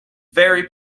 very